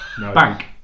Bank